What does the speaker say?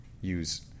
use